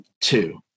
two